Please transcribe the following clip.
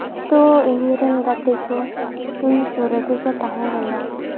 ᱛᱳ ᱤᱧᱨᱮᱱ ᱜᱟᱛᱮ ᱠᱚ ᱤᱧ ᱥᱩᱨ ᱨᱮᱜᱮ ᱠᱚ ᱛᱟᱦᱮᱸ ᱠᱟᱱᱟ